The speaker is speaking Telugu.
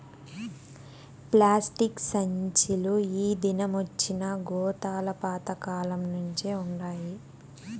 ప్లాస్టిక్ సంచీలు ఈ దినమొచ్చినా గోతాలు పాత కాలంనుంచే వుండాయి